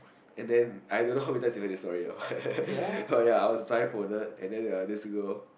and the I don't know how many times you have heard this story ah but but ya I was blind folded and then uh this girl